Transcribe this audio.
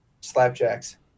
Slapjacks